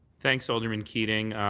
thanks, alderman keating.